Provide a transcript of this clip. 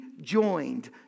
joined